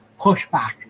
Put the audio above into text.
pushback